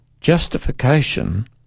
Justification